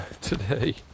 today